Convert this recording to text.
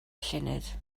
llynedd